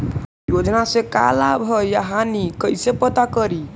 योजना से का लाभ है या हानि कैसे पता करी?